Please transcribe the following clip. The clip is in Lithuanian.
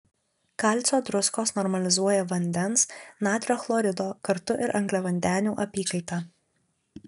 kalcio druskos normalizuoja vandens natrio chlorido kartu ir angliavandenių apykaitą